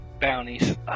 Bounties